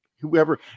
Whoever